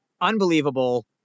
unbelievable